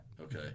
Okay